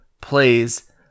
plays